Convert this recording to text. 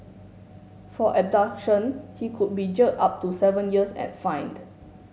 for abduction he could be jailed up to seven years and fined